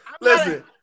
Listen